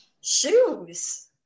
shoes